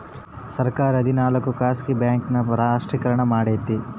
ಸರ್ಕಾರ ಹದಿನಾಲ್ಕು ಖಾಸಗಿ ಬ್ಯಾಂಕ್ ನ ರಾಷ್ಟ್ರೀಕರಣ ಮಾಡೈತಿ